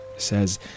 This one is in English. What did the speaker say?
says